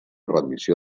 rendició